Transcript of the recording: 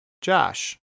Josh